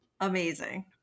amazing